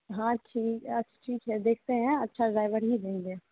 हाँ ठीक है आ ठीक है देखते हैं अच्छा ड्राइवर ही देंगे